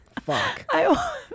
Fuck